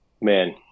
man